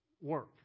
work